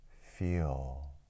feel